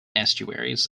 estuaries